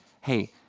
hey